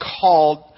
called